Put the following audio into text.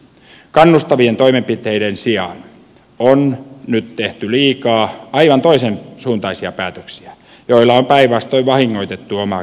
kannustavien toimenpiteiden sijaan on nyt tehty liikaa aivan toisensuuntaisia päätöksiä joilla on päinvastoin vahingoitettu omaa kilpailukykyämme